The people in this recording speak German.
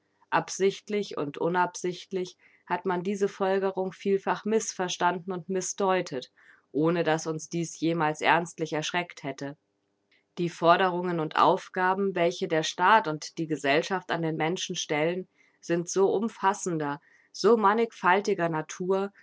absichtlich und unabsichtlich hat man diese folgerung vielfach mißverstanden und mißdeutet ohne daß uns dies jemals ernstlich erschreckt hätte die forderungen und aufgaben welche der staat und die gesellschaft an den menschen stellen sind so umfassender so mannigfaltiger natur